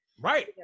Right